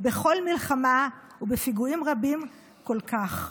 בכל מלחמה ובפיגועים רבים כל כך.